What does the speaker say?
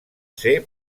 ser